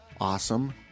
awesome